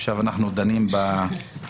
עכשיו אנחנו דנים בצווים,